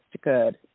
good